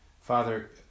Father